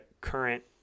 current